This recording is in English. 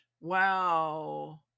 Wow